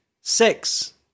six